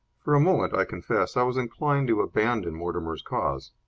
for a moment, i confess, i was inclined to abandon mortimer's cause.